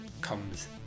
comes